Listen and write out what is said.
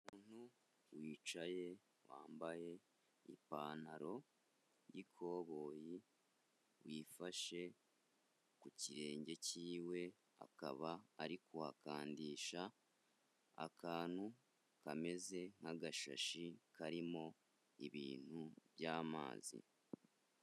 Umuntu wicaye wambaye ipantaro y'ikoboyi, wifashe ku kirenge cyiwe, akaba ari kuhakandisha akantu kameze nk'agashashi karimo ibintu by'amazi.